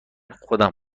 خودم